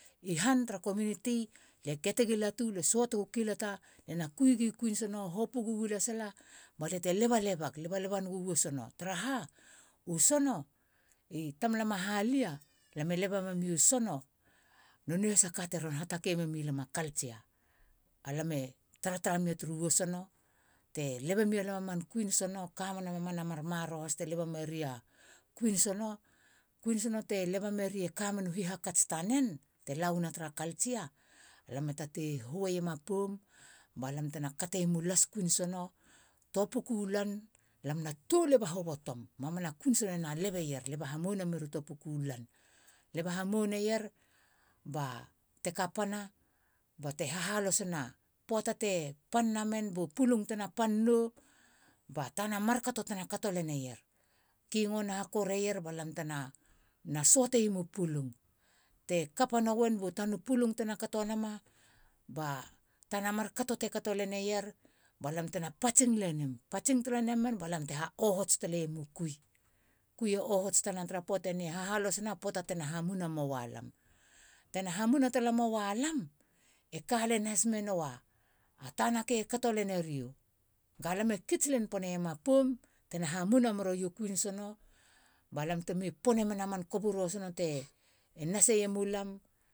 I han tra community lie ketegi latu. lie suataia kilata. lie na kui gi kuin sono. hopugu welesala ba lie te leba lebak. leba leba nugu wisono tra ha u sono i tam lam a halia lame leba memiu sono nonei hasa kate ron hatakei memi lam a culture. A lam e tara tara mi turu wisono. te leba mia lam a man kuin sono. kamena mamanaman maroro haste leba meriu. Hesitation. e kamenu hihakats tanen teh la wana tra culture lam e tatei hu eiema poum ba lamte na katoiemu las. kuin sono tua puku lan. lam na tou leba hobotom. mamana kuin sono na lebeier. leba hamouna meriu toa puku u lan. leba hamouneier ba te kapana. ba te hahalosona poata te pan namen bu pulung tena pan nou ba tana mar kato tena kato leneier,(kingo na koreier bantena)na suateieru pulung. te kapa nuen bu tanu pulung tena katonama. ba tana mar kato leneier. balamtena patsing lenim. patsing tala namen balamte ha ohots taleiemu kui. kui e ohots talana tara poata ni. hahalosona pota tena hamuna mua lam tena hamuna talamoia lam. e ka len has menoa a tana ke kato lenerio. Ga lam e kits poniema poum. tena hamuna meruia kuin sono. balamte mi ponamen a man sono te nase mulam